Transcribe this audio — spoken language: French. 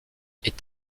est